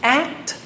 act